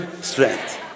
strength